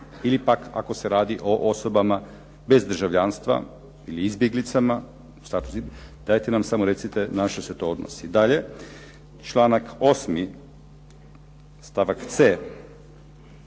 ili pak ako se radi o osobama bez državljanstva ili izbjeglicama. Dajte nam samo recite na što se to odnosi. Dalje, članak 8. stavak c.: